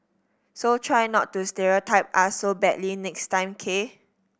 so try not to stereotype us so badly next time K